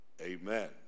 Amen